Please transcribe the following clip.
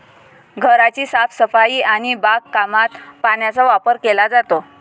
घराची साफसफाई आणि बागकामात पाण्याचा वापर केला जातो